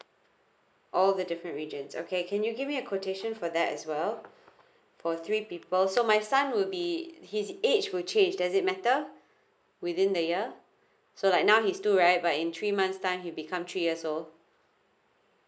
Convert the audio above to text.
all the different regions okay can you give me a quotation for that as well for three people so my son would be his age will change does it matter within the year so like now he's two but in three months time he become three years old